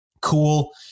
Cool